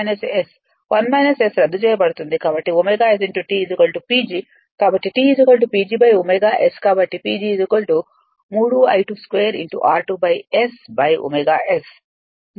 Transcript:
కాబట్టిωST PG కాబట్టి T PG ωS కాబట్టి PG 3 I22 r2 S ωS newton metre ఇది సమీకరణం 23